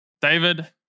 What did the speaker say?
David